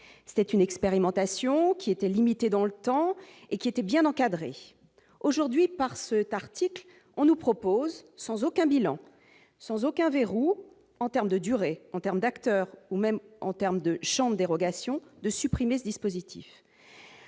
c'est une expérimentation qui était limité dans le temps et qui étaient bien encadrés aujourd'hui par ce parti qu'on nous propose sans aucun bilan sans aucun verrou en terme de durée en termes d'acteur ou même en terme de chambre dérogation de supprimer ce dispositif